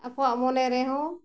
ᱟᱠᱚᱣᱟᱜ ᱢᱚᱱᱮ ᱨᱮᱦᱚᱸ